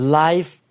life